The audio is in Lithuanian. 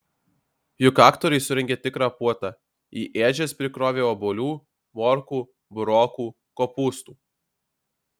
juk aktoriai surengė tikrą puotą į ėdžias prikrovė obuolių morkų burokų kopūstų